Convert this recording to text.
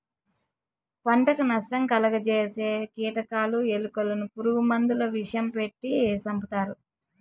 పంటకు నష్టం కలుగ జేసే కీటకాలు, ఎలుకలను పురుగు మందుల విషం పెట్టి సంపుతారు